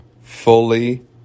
fully